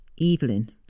Evelyn